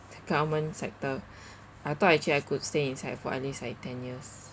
the government sector I thought actually I could stay inside for at least like ten years